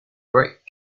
great